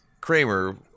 Kramer